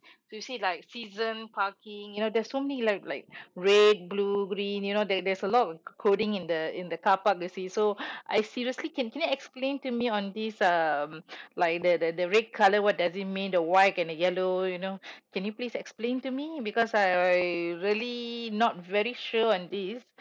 you see like season parking you know there's so many like like red blue green you know that there's a lot of coding in the in the car park you see so I seriously can't can you explain to me on this um like the the the red colour what does it mean the white and yellow you know can you please explain to me because I I really not very sure on this